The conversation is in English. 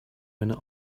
when